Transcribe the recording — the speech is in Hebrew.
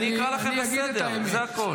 אני אתחיל לקרוא לסדר ואני לא רוצה לעשות